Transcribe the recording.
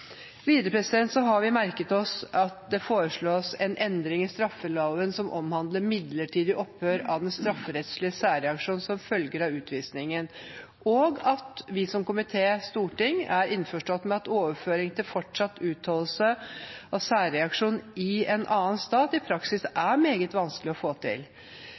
Videre har vi merket oss at det foreslås en endring i straffeloven som omhandler midlertidig opphør av den strafferettslige særreaksjon som følger av utvisningen, og at vi som komité og storting er innforstått med at overføring til fortsatt utholdelse av særreaksjon i en annen stat i praksis er meget vanskelig å få til.